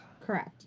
Correct